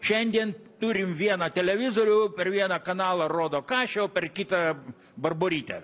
šiandien turim vieną televizorių per vieną kanalą rodo kašį o per kitą barborytę